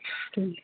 thank you